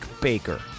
Baker